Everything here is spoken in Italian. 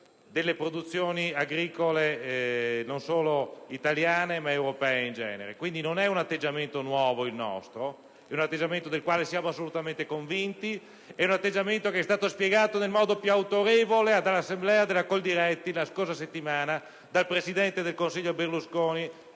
delle produzioni agricole non solo italiane, ma europee in generale. Quindi il nostro non è un atteggiamento nuovo. È un atteggiamento del quale siamo assolutamente convinti. È peraltro un atteggiamento che è stato spiegato nel modo più autorevole in occasione dell'Assemblea della Coldiretti la scorsa settimana dal presidente del Consiglio Berlusconi